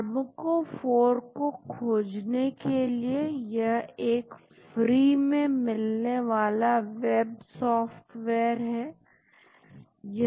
pharmacophore को खोजने के लिए यह एक फ्री में मिलने वाला वेब सॉफ्टवेयर है